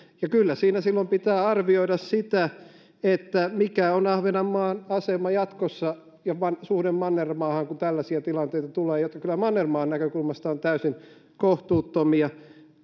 kyllä siinä silloin pitää arvioida sitä mikä on ahvenanmaan asema jatkossa ja suhde mannermaahan kun tällaisia tilanteita tulee jotka kyllä mannermaan näkökulmasta ovat täysin kohtuuttomia